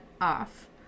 off